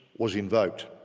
was invoked.